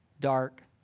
dark